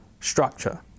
structure